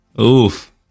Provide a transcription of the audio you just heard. oof